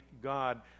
God